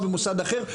או במוסד אחר.